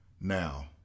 Now